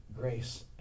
grace